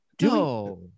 No